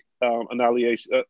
annihilation